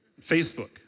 Facebook